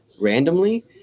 randomly